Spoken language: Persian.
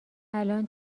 الان